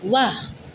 ৱাহ